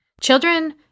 Children